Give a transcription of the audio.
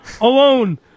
alone